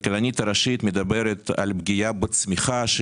הכלכלנית הראשית מדברת על פגיעה בצמיחה של